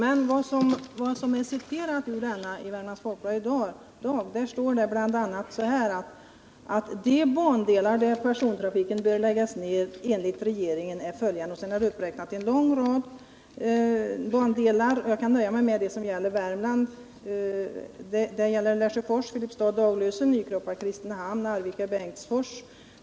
Men vad som citerats ur denna i Värmlands Folkblad i dag är bl.a. detta: ”De bandelar där persontrafiken bör läggas ned, enligt regeringen är följande” , och sedan är det uppräknat en lång rad bandelar, där jag kan nöja mig med det som gäller Värmland: ”Bengtsfors-Mellerud ,-——- Lesjöfors-Filipstad-Daglösen, Nykroppa-Kristinehamn, Arvika-Bengtsfors”.